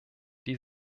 die